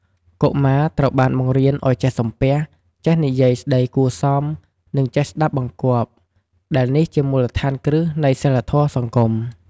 កុមារត្រូវបានបង្រៀនឱ្យចេះសំពះ ចេះនិយាយស្តីគួរសម និងចេះស្ដាប់បង្គាប់ ដែលនេះជាមូលដ្ឋានគ្រឹះនៃសីលធម៌សង្គម។